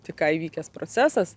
tik ką įvykęs procesas